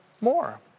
more